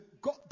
God